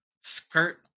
Skirt